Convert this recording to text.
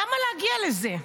למה להגיע לזה?